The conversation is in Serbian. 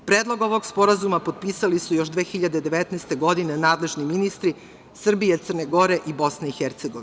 Predlog ovog sporazuma potpisali su još 2019. godine nadležni ministri Srbije, Crne Gore i BiH.